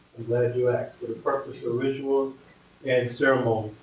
glad you asked. for the purpose of rituals and ceremonies.